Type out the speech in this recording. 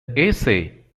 essay